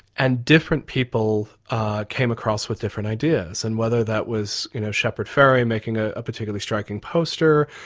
and different people came across with different ideas, and whether that was you know shepard fairey making ah a particularly striking poster,